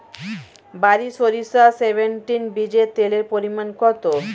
বারি সরিষা সেভেনটিন বীজে তেলের পরিমাণ কত?